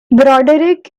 broderick